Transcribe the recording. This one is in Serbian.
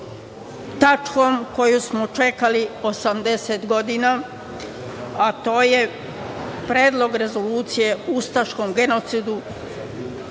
tačkom koju smo čekali 80 godina, a to je Predlog rezolucije o ustaškom genocidu